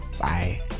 Bye